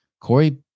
Corey